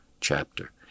chapter